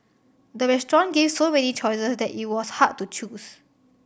the restaurant gave so many choices that it was hard to choose